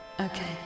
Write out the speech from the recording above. Okay